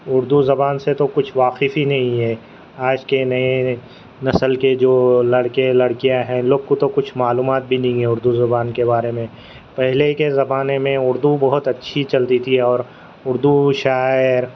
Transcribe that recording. اردو زبان سے تو کچھ واقف ہی نہیں ہے آج کے نئے نسل کے جو لڑکے لڑکیاں ہیں ان لوگ کو کچھ معلومات بھی نہیں ہے اردو زبان کے بارے میں پہلے کے زمانے میں اردو بہت اچھی چلتی تھی اور اردو شاعر